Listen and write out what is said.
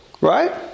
Right